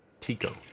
Tico